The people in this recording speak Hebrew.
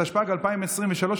התשפ"ג 2022,